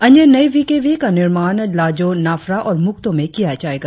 अन्य नए V K V का निर्माण लाजों नाफरा और मुक्तो में किया जाएगा